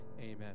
amen